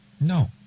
No